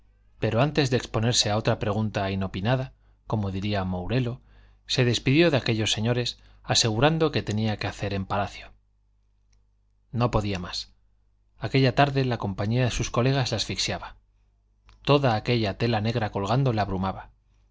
pero antes de exponerse a otra pregunta inopinada como diría mourelo se despidió de aquellos señores asegurando que tenía que hacer en palacio no podía más aquella tarde la compañía de sus colegas le asfixiaba toda aquella tela negra colgando le abrumaba